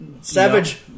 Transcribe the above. Savage